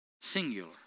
singular